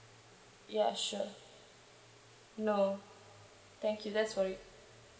ya sure no thank you that's about it